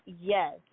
Yes